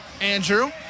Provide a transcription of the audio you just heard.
Andrew